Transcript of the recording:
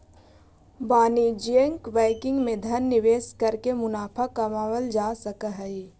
वाणिज्यिक बैंकिंग में धन निवेश करके मुनाफा कमाएल जा सकऽ हइ